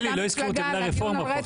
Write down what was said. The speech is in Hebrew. שלי, לא הזכירו את המילה רפורמה פה.